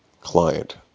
client